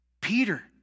Peter